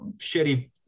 shitty